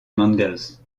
mangles